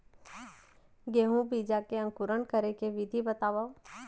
गेहूँ बीजा के अंकुरण करे के विधि बतावव?